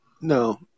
No